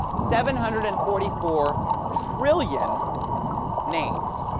seven hundred and forty four trillion names